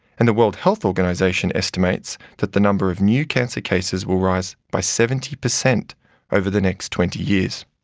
and the world health organisation estimates that the number of new cancer cases will rise by seventy per cent over the next twenty years.